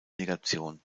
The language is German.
negation